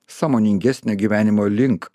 sąmoningesnio gyvenimo link